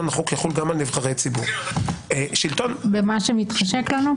החוק יחול גם על נבחרי ציבור- -- במה שמתחשק לנו?